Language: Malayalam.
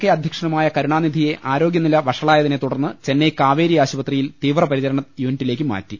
കെ അധ്യക്ഷനുമായ കരുണാ നിധിയെ ആരോഗ്യനില വഷളായതിനെ തുടർന്ന് ചെന്നൈ കാവേരി ആശു പത്രിയിൽ തീവ്രപരിചരണ യൂണിറ്റിലേക്ക് മാറ്റി